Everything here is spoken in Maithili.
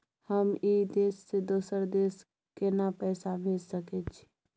हम ई देश से दोसर देश केना पैसा भेज सके छिए?